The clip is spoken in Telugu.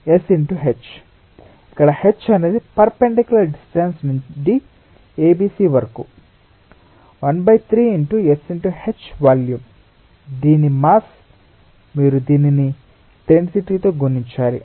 13 × S × h ఇక్కడ h అనేది పెర్ఫెన్దికులర్ డిస్టెన్స్ నుండి ABC వరకు 13 × S × h వాల్యూమ్ దీని మాస్ మీరు దానిని డెన్సిటీ తో గుణించాలి